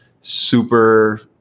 super